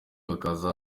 bakaza